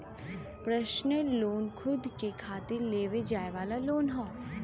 personal loan खुद के खातिर लेवे जाये वाला लोन हौ